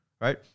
right